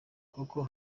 koko